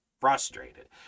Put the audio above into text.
frustrated